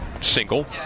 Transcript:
single